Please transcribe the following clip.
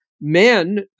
men